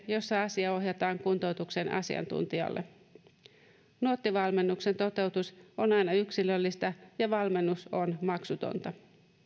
jossa asia ohjataan kuntoutuksen asiantuntijalle nuotti valmennuksen toteutus on aina yksilöllistä ja valmennus on maksutonta